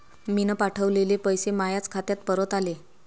मीन पावठवलेले पैसे मायाच खात्यात परत आले